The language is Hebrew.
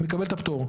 הוא מקבל את הפטור.